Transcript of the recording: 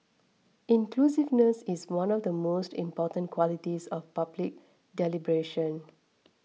inclusiveness is one of the most important qualities of public deliberation